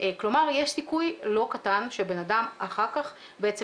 כלומר יש סיכוי לא קטן שבן אדם אחר כך בעצם